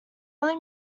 only